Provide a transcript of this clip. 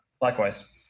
Likewise